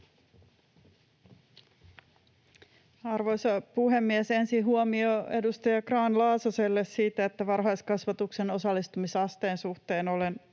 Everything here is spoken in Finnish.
Arvoisa puhemies! Ensin huomio edustaja Grahn-Laasoselle siitä, että varhaiskasvatuksen osallistumisasteen suhteen olen